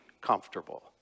comfortable